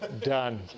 done